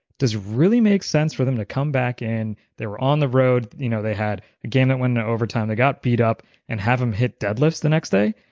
does it really make sense for them to come back in, they were on the road, you know they had a game that went into overtime, they got beat up and have them hit dead lifts the next day?